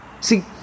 See